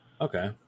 Okay